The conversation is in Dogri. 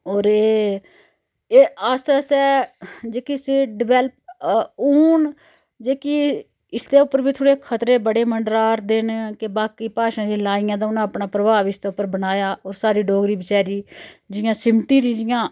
होर एह् एह् आस्ता आस्ता जेह्की इसी डिवैल्प हून जेह्की इसदे उप्पर बी थोह्ड़े खतरे बड़े मंडरा दे न कि बाकी भाशा जेल्लै आइयां तां उनें अपना प्रभाव इसदे उप्पर बनाया होर साढ़ी डोगरी बेचारी जियां सिमटी दी जियां